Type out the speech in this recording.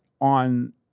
on